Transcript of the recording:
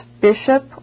bishop